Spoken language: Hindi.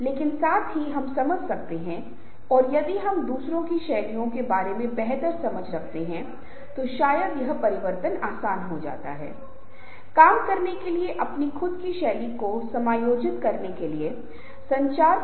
इसलिए हमारी बातचीत के माध्यम से हमारे संचार के माध्यम से विचारों के साझाकरण के माध्यम से हमारे आत्म प्रकटीकरण के माध्यम से हम समूह के सामान्य लक्ष्य को प्राप्त करने के लिए एक दूसरे को प्रेरित कर सकते हैं